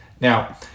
Now